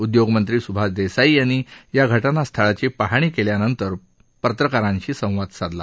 उद्योगमंत्री सुभाष देसाई यांनी या घटनास्थळाची पाहणी केल्यानंतर पत्रकारांशी संवाद साधला